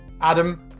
Adam